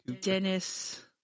Dennis